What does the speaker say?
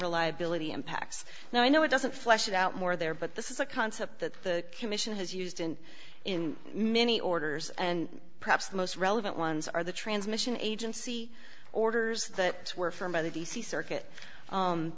the liability impacts and i know it doesn't flush it out more there but this is a concept that the commission has used in in many orders and perhaps the most relevant ones are the transmission agency orders that were firm by the d c circuit